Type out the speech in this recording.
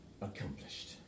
accomplished